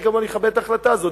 אני גם אכבד את ההחלטה הזאת.